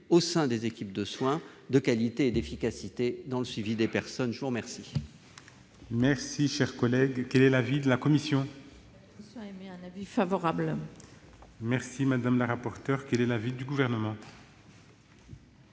au sein des équipes de soins, de qualité et d'efficacité dans le suivi des personnes. Quel